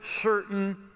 certain